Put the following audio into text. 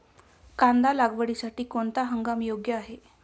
कांदा लागवडीसाठी कोणता हंगाम योग्य आहे?